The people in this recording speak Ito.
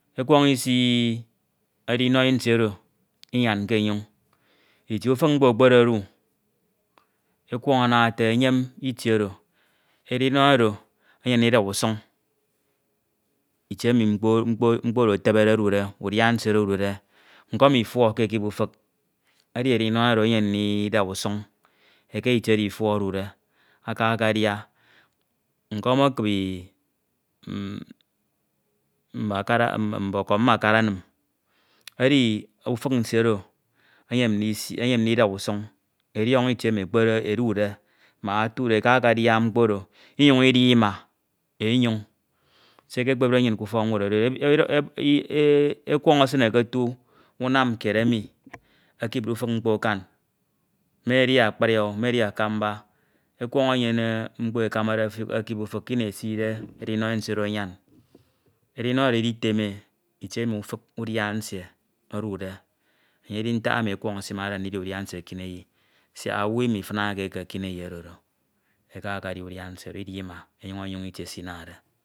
Kwọñ esi edinọi nsie oro inyam ke enyọñ, Ifie ufik mkpo ekpedodu ekwọñ ana ete enyem ifie oro edinoi oro enyem ndia e usuñ itie emi mkpo oro etebede odude udia nsie odude nkọm Ifuọ ke ekip ufuk, edinoi nsie oro enyen ndida e usuñ itie emi ifuọ oro odude eeka akadia nkom ekibi m mm- ọkọk mbakara enim. ufik nsie oro enyem ndida e usuñ ediọño ifie emi mkpo oro odude mak ota do eka akadia mkpo oro, inyuñ idia ima, enyoñ. Se ekekpede nnyin k’ufọk ñwed edi oro ike. Ekwọñ esine ke otu unam kied emi ekipe ufik mkpo akam me edi akpiri oh me edi akamba ekwọñ enyene mkpo ekamade ekip ufik kīni eside edinoi nsie oro anyam, edinor oro editeme e itie emi ufik udia nsie oro odude enye edi ntak emi ekwọñ esimade ndīdīa udia nsie ekineyi oro eka akedia udia nsie, inyun idia ima efiak onyoñ itie emi esinade.